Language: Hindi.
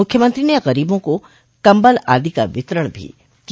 मुख्यमंत्री ने गरीबों को कम्बल आदि का वितरण भी किया